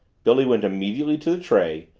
billy went immediately to the tray,